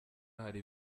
hari